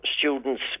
students